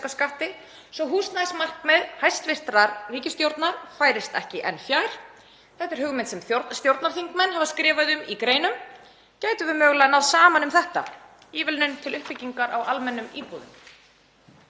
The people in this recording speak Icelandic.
svo húsnæðismarkmið hæstv. ríkisstjórnar færist ekki enn fjær. Þetta er hugmynd sem stjórnarþingmenn hafa skrifað um í greinum. Gætum við mögulega náð saman um þetta: Ívilnun til uppbyggingar á almennum íbúðum?